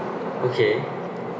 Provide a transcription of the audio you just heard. okay